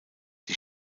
die